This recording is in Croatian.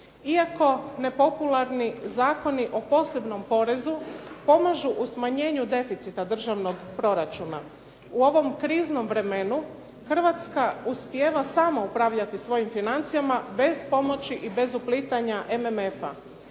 Iako nepopularni, zakoni o posebnom porezu pomažu u smanjenju deficita državnog proračuna. U ovom kriznom vremenu Hrvatska uspijeva sama upravljati svojim financijama, bez pomoći i bez uplitanja MMF-a.